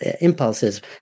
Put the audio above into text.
impulses